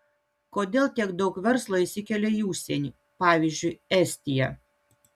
kodėl tiek daug verslo išsikelia į užsienį pavyzdžiui estiją